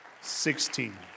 sixteen